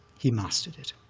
he mastered it.